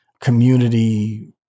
community